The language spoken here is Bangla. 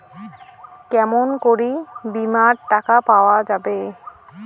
কেমন করি বীমার টাকা পাওয়া যাবে?